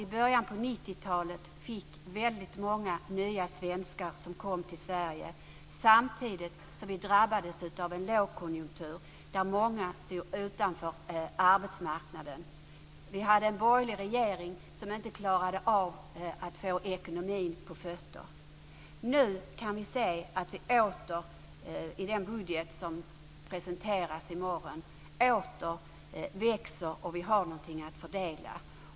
I början av 90-talet fick vi många nya svenskar som kom till Sverige, samtidigt som vi drabbades av en lågkonjunktur där många stod utanför arbetsmarknaden. Vi hade en borgerlig regering som inte klarade av att få ekonomin på fötter. Nu kan vi i den budget som presenteras i morgon åter se att det växer och att vi har något att fördela.